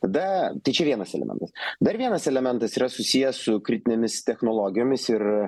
tada tai čia vienas elementas dar vienas elementas yra susijęs su kritinėmis technologijomis ir